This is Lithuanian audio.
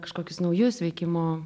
kažkokius naujus veikimo